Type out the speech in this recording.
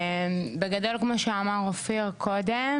בגדול כמו שאמר אופיר קודם,